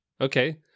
Okay